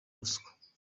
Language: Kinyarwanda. ruswa